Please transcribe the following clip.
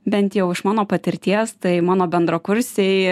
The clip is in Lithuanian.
bent jau iš mano patirties tai mano bendrakursiai